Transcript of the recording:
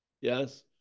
yes